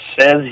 says